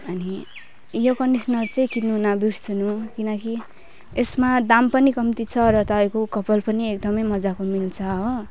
अनि यो कन्डिसनर चाहिँ किन्नु नबिर्सनु किनकि यसमा दाम पनि कम्ती छ र तपाईँको कपाल पनि एकदम मजाको मिल्छ हो